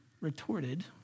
retorted